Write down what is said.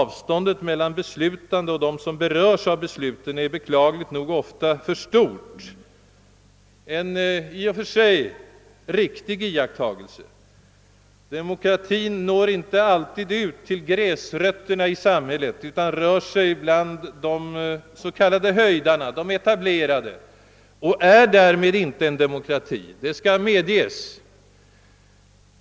Avståndet mellan beslutande och dem som berörs av besluten är i en sådan beklagligt nog ofta mycket stort. Demokratin når inte alltid ut till gräsrötterna i samhället utan rör sig bland de s.k. höjderna, de etablerade, och är därmed inte en verkligt fungerande demokrati. Det skall medges.